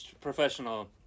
professional